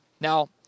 Now